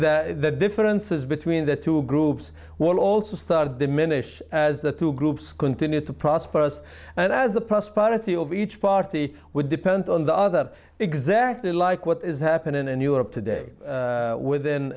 tests the differences between the two groups will also start to diminish as the two groups continue to prosperous and as the prosperity of each party would depend on the other exactly like what is happening in europe today with in